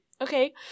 Okay